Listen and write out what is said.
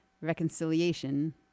reconciliation